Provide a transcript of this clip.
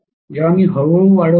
जेव्हा मी हळू हळू वाढविले आहे